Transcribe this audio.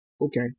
okay